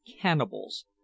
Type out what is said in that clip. cannibals